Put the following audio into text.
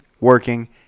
working